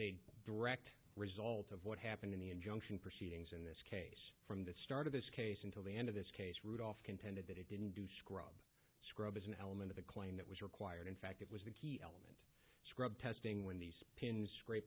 a direct result of what happened in the injunction proceeds in this case from the start of this case until the end of this case rudolph contended that it didn't do squat scrubbers an element of the coin that was required in fact it was the key element scrub testing when these pins scrape